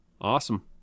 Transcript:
Awesome